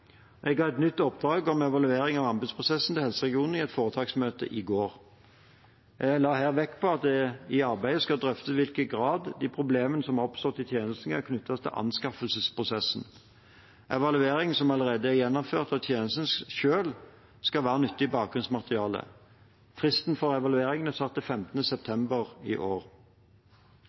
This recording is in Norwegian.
Jeg ga et nytt oppdrag om evaluering av anbudsprosessen til helseregionene i et foretaksmøte i går. Jeg la her vekt på at det i arbeidet skal drøftes i hvilken grad de problemene som har oppstått i tjenesten, kan knyttes til anskaffelsesprosessen. Evalueringer som allerede er gjennomført av tjenesten selv, skal være nyttig bakgrunnsmateriale. Fristen for evalueringen er satt til 15. september i år.